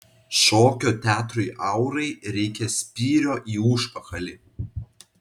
šokio teatrui aurai reikia spyrio į užpakalį